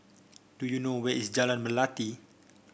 do you know where is Jalan Melati